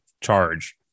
charge